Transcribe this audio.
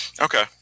Okay